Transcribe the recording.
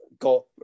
got